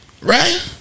Right